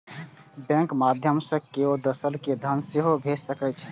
बैंकक माध्यय सं केओ दोसर कें धन सेहो भेज सकै छै